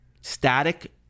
Static